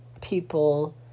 people